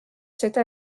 cette